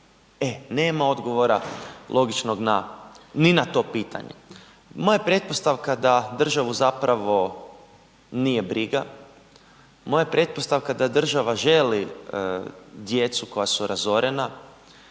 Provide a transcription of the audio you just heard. E, nema odgovora logičnog na, ni na to pitanje. Moja je pretpostavka da državu zapravo nije briga, moja je pretpostavka država želi djecu koja su razorena,